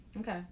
Okay